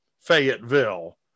Fayetteville